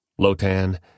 Lotan